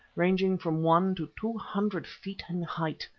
ranging from one to two hundred feet in height.